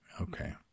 Okay